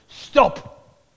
Stop